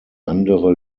andere